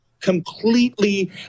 completely